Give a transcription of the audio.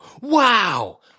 Wow